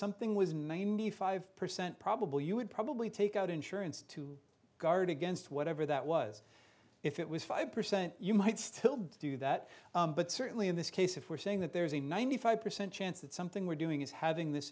something was ninety five percent probable you would probably take out insurance to guard against whatever that was if it was five percent you might still do that but certainly in this case if we're saying that there's a ninety five percent chance that something we're doing is having this